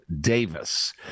davis